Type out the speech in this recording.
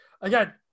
Again